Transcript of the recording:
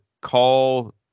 call